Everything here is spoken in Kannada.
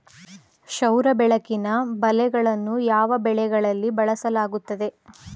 ಸೌರ ಬೆಳಕಿನ ಬಲೆಗಳನ್ನು ಯಾವ ಬೆಳೆಗಳಲ್ಲಿ ಬಳಸಲಾಗುತ್ತದೆ?